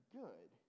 good